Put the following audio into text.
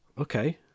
okay